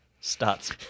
starts